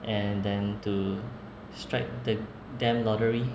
and then to strike the damn lottery